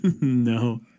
no